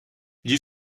gli